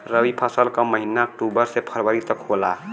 रवी फसल क महिना अक्टूबर से फरवरी तक होला